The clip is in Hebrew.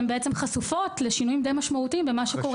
נמצאנו למדים שהן חשופות לשינוי די משמעותי במה שקורה.